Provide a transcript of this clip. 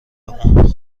اون